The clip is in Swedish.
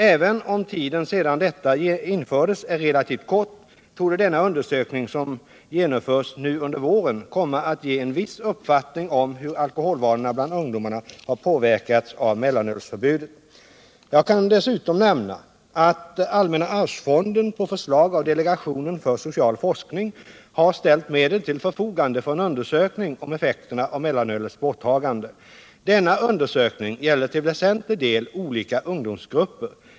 Även om tiden sedan detta infördes är relativt kort torde denna undersökning, som genomförs nu under våren, komma att ge en viss uppfattning om hur alkoholvanorna bland ungdomarna har påverkats av mellanölsförbudet. Jag kan dessutom nämna att allmänna arvsfonden på förslag av delegationen för social forskning har ställt medel till förfogande för en undersökning om effekterna av mellanölets borttagande. Denna undersökning gäller till väsentlig del olika ungdomsgrupper.